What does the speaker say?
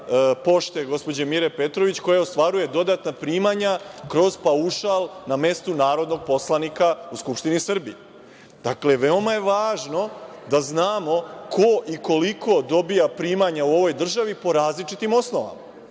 „Pošte“ gospođe Mire Petrović koja ostvaruje dodatna primanja kroz paušal na mestu narodnog poslanika u Skupštini Srbije? Veoma je važno da znamo ko i koliko dobija primanja u ovoj državi po različitim osnovama